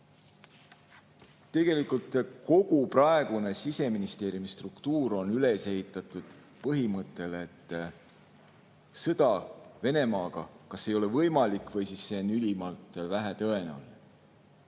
Tegelikult on kogu praegune Siseministeeriumi struktuur üles ehitatud põhimõttele, et sõda Venemaaga kas ei ole võimalik või on ülimalt vähetõenäoline.